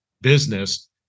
business